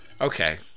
Okay